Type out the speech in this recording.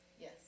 Yes